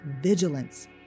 vigilance